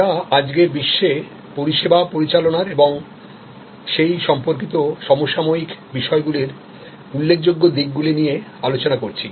আমরা আজকের বিশ্বে পরিষেবা পরিচালনার এবংসেই সম্পর্কিত সমসাময়িক বিষয়গুলির উল্লেখযোগ্যদিকগুলি নিয়ে আলোচনাকরছি